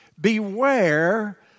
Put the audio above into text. Beware